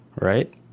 right